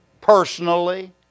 personally